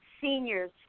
seniors